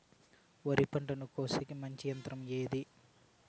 వరి పంటను కోసేకి మంచి యంత్రం ఏది?